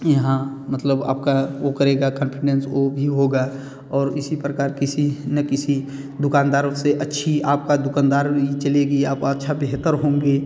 यहाँ मतलब आपका वो करेगा कोन्फ़िडेंस वो भी होगा और इसी प्रकार किसी ना किसी दुकानदारों से अच्छी आपकी दुकानदारी चलेगी आप अच्छे बेहतर होंगे